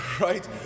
right